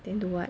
then do what